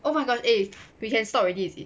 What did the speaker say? oh my god if we can stop already is it